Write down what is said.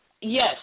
Yes